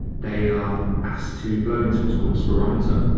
they are asked to blow into what's called a spirometer.